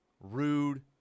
Rude